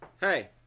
hey